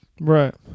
Right